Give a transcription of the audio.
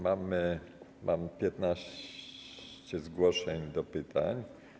Mamy 15 zgłoszeń do pytań.